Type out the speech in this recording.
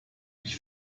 ich